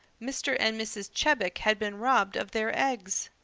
mr. and mrs. chebec had been robbed of their eggs!